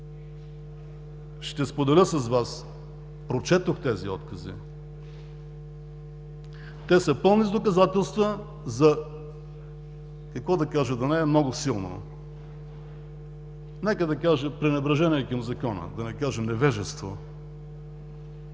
Ще споделя с Вас, прочетох тези откази. Те са пълни с доказателства, какво да кажа, за да не е много силно, нека да кажа – за пренебрежение към Закона, да не кажа невежество.